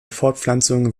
fortpflanzung